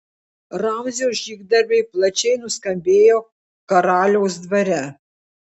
ramzio žygdarbiai plačiai nuskambėjo karaliaus dvare